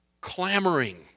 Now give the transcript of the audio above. Clamoring